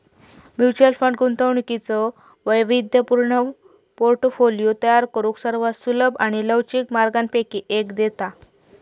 mutual fund गुंतवणुकीचो वैविध्यपूर्ण portfolio तयार करुक सर्वात सुलभ आणि लवचिक मार्गांपैकी एक देता